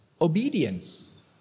obedience